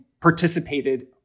participated